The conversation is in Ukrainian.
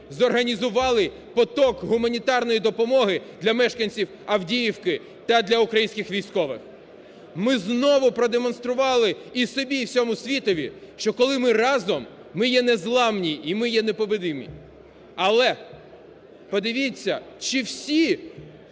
зорганізували поток гуманітарної допомоги для мешканців Авдіївки та для українських військових. Ми знову продемонстрували і собі, і всьому світові, що коли ми разом – ми є незламні і ми є непобедимі. Але подивіться, чи всі